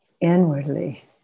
inwardly